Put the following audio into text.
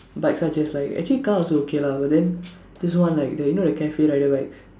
bikes are just like actually car also okay lah but then just more like you know the cafe rider bikes